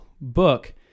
book